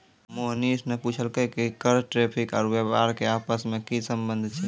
मोहनीश ने पूछलकै कि कर टैरिफ आरू व्यापार के आपस मे की संबंध छै